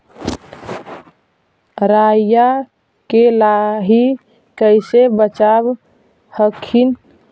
राईया के लाहि कैसे बचाब हखिन?